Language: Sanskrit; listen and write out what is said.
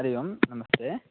हरिः ओम् नमस्ते